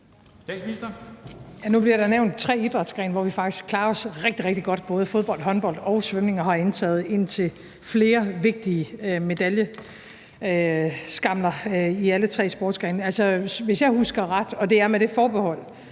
Nu bliver der nævnt tre idrætsgrene, hvor vi faktisk klarer os rigtig, rigtig godt, nemlig både fodbold, håndbold og svømning, og vi har indtaget indtil flere vigtige medaljeskamler i alle tre sportsgrene. Altså, hvis jeg husker ret – og det er med det forbehold,